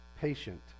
patient